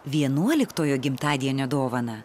vienuoliktojo gimtadienio dovaną